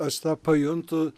aš tą pajuntu